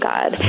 God